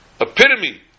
epitome